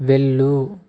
వెళ్ళు